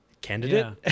candidate